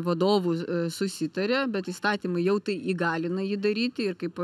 vadovu susitaria bet įstatymai jau tai įgalina jį daryti ir kaip